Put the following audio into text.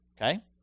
Okay